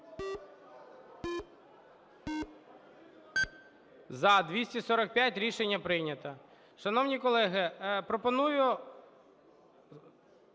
За-245 Рішення прийнято. Шановні колеги, пропоную